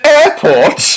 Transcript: Airport